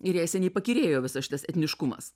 ir jai seniai pakyrėjo visas šitas etniškumas